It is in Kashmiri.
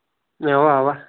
اَوا اَوا